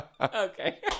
okay